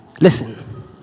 Listen